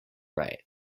right